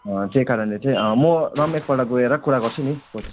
त्यही कारणले चाहिँ म र म एक पल्ट गएर कुरा गर्छु नि कोच